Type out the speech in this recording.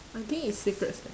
I think is secrets leh